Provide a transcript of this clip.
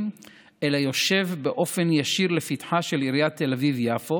אלא רובץ באופן ישיר לפתחה של עיריית תל אביב-יפו